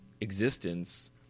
existence